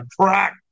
crack